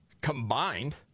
combined